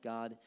God